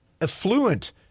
affluent